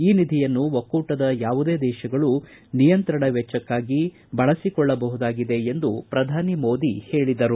ಈ ನಿಧಿಯನ್ನು ಒಕ್ಕೂಟದ ಯಾವುದೇ ದೇಶಗಳು ನಿಯಂತ್ರಣ ವೆಚ್ವಕ್ಕಾಗಿ ಬಳಸಿಕೊಳ್ಳಬಹುದಾಗಿದೆ ಎಂದು ಪ್ರಧಾನಿ ಮೋದಿ ಹೇಳಿದರು